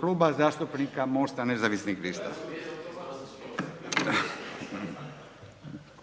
Kluba zastupnika Mosta nezavisnih lista.